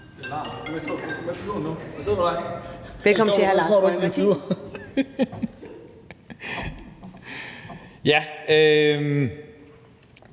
Velkommen til hr. Lars